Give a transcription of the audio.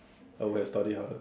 I would have study harder